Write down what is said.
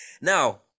now